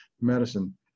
Medicine